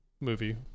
movie